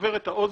לסבר את האוזן: